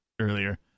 earlier